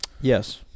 Yes